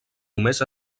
només